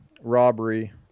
robbery